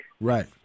Right